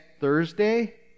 Thursday